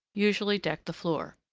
usually decked the floor.